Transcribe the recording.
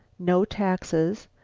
no taxes,